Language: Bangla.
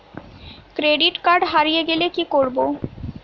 ক্রেডিট কার্ড হারিয়ে গেলে কি করব?